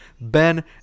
Ben